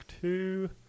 two